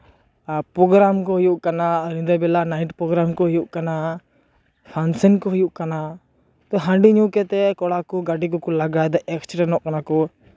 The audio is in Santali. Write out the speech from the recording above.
ᱯᱨᱳᱜᱨᱟᱢ ᱠᱚ ᱦᱩᱭᱩᱜ ᱠᱟᱱᱟ ᱧᱤᱫᱟᱹ ᱵᱮᱞᱟ ᱱᱟᱭᱤᱴ ᱯᱨᱳᱜᱨᱟᱢ ᱠᱚ ᱦᱩᱭᱩᱜ ᱠᱟᱱᱟ ᱯᱷᱟᱱᱥᱮᱱ ᱠᱚ ᱦᱩᱭᱩᱜ ᱠᱟᱱᱟ ᱛᱳ ᱦᱟᱺᱰᱤ ᱧᱩ ᱠᱟᱛᱮᱫ ᱠᱚᱲᱟ ᱠᱚ ᱜᱟᱹᱰᱤ ᱠᱚᱠᱚ ᱞᱟᱜᱟᱭᱫᱟ ᱮᱠᱥᱤᱰᱮᱱᱴᱚᱜ ᱠᱟᱱᱟ ᱠᱚ